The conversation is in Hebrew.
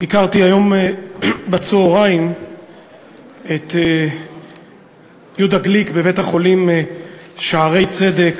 ביקרתי היום בצהריים את יהודה גליק בבית-החולים "שערי צדק",